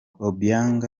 obiang